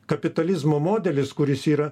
kapitalizmo modelis kuris yra